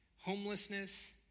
Homelessness